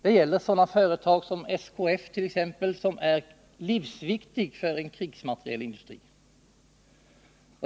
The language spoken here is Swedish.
Det gäller sådana företag som SKF, som är livsviktiga för en krigsmaterielindustri.